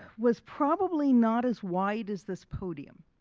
was probably not as wide as this podium.